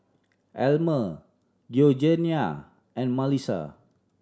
Elmer Georgiana and Malissa